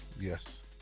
Yes